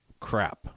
crap